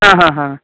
ಆಂ ಹಾಂ ಹಾಂ